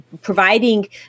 providing